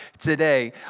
today